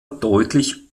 deutlich